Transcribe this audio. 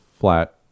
flat